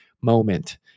moment